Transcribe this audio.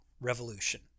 revolution